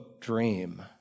dream